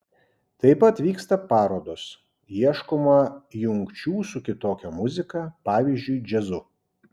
taip pat vyksta parodos ieškoma jungčių su kitokia muzika pavyzdžiui džiazu